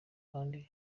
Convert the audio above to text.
kandi